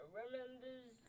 remembers